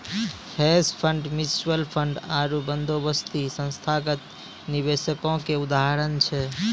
hedge fund, mutual fund आरु बंदोबस्ती संस्थागत निवेशको के उदाहरण छै